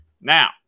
Now